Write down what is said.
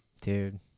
dude